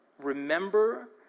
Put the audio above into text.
remember